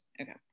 okay